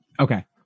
Okay